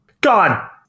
God